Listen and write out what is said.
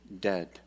dead